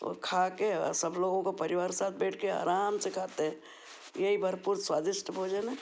और खाके सब लोगों को परिवार के साथ बैठ के आराम से खाते हैं यही भरपूर स्वादिष्ट भोजन है